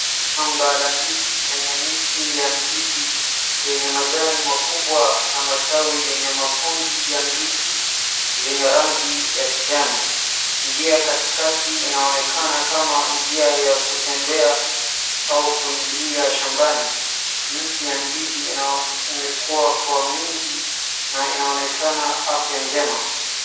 Shamba la ndizi lenye miti ya ndizi yenye majani makubwa na matawi yenye makundi ya ndizi zenye rangi ya kijani. Njia katikati inaonekana kama njia ya kutembea au kuingilia shambani. Mti ya ndizi imekuwa kwa mingi na inaonekana afya njema.